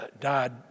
died